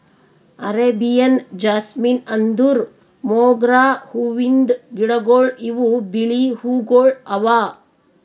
Arabian jasmine ಅಂದುರ್ ಮೊಗ್ರಾ ಹೂವಿಂದ್ ಗಿಡಗೊಳ್ ಇವು ಬಿಳಿ ಹೂವುಗೊಳ್ ಅವಾ